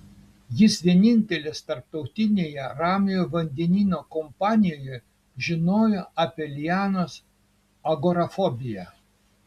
jis vienintelis tarptautinėje ramiojo vandenyno kompanijoje žinojo apie lianos agorafobiją